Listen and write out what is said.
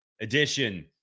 edition